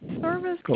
service